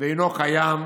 ואינו קיים,